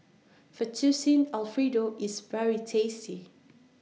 Fettuccine Alfredo IS very tasty